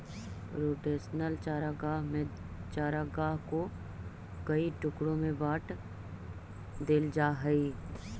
rotational चारागाह में चारागाह को कई टुकड़ों में बांट देल जा हई